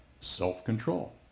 self-control